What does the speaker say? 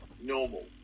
normal